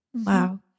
Wow